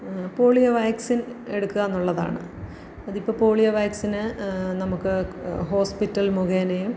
polio vaccine എടുക്കുകയെന്നുള്ളതാണ് അതിപ്പോള് polio vaccine നമുക്ക് ഹോസ്പിറ്റൽ മുഖേനയും